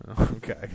Okay